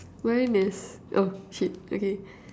mine is oh shit okay